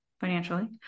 financially